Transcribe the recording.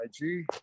IG